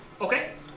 Okay